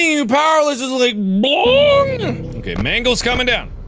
you powerless is like okay, mangle's coming down.